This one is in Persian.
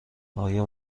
آیا